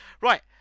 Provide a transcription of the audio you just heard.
Right